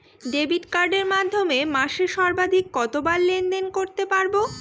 Debit কার্ডের মাধ্যমে মাসে সর্বাধিক কতবার লেনদেন করতে পারবো?